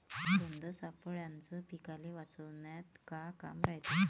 गंध सापळ्याचं पीकाले वाचवन्यात का काम रायते?